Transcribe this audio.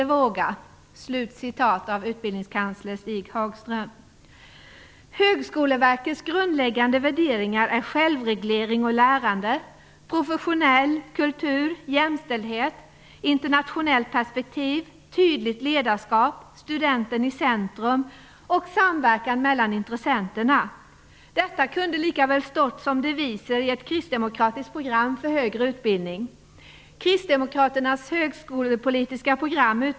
Där slutar citatet av universitetskansler Stig Högskoleverkets grundläggande värderingar är självreglering och lärande, professionell kultur, jämställdhet, internationell perspektiv, tydligt ledarskap, studenten i centrum samt samverkan med intressenterna. Detta kunde lika väl stått som deviser i ett kristdemokratiskt program för högre utbildning.